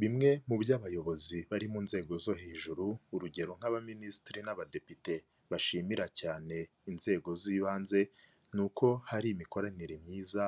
Bimwe mu byo abayobozi bari mu nzego zo hejuru, urugero nk'abaminisitiri n'abadepite bashimira cyane inzego z'ibanze, ni uko hari imikoranire myiza